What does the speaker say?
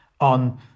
on